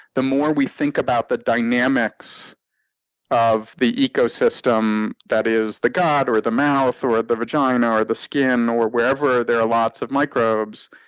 the more we think about the dynamics of the ecosystem that is the gut or the mouth or ah the vagina or the skin or wherever there are lots of microbes,